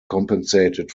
compensated